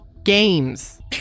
Games